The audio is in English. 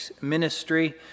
ministry